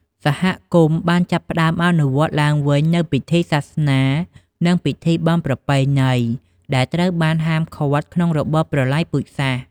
សហគមន៍បានចាប់ផ្តើមអនុវត្តឡើងវិញនូវពិធីសាសនា និងពិធីបុណ្យប្រពៃណី ដែលត្រូវបានហាមឃាត់ក្នុងរបបប្រល័យពូជសាសន៍។